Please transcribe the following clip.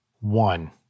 One